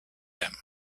him